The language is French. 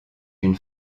une